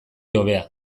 hobea